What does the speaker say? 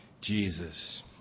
Jesus